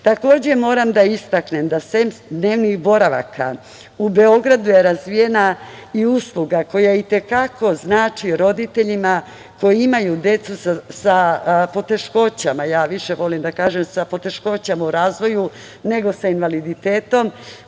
moram da istaknem da je, sem dnevnih boravaka, u Beogradu razvijena i usluga koja i te kako znači roditeljima koji imaju decu sa poteškoćama. Ja više volim da kažem sa poteškoćama u razvoju, nego sa invaliditetom.